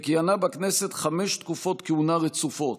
וכיהנה בכנסת חמש תקופות כהונה רצופות,